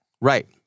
Right